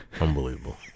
Unbelievable